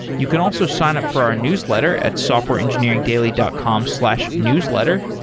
you can also sign up for our newsletter at softwareengineeringdaily dot com slash newsletter,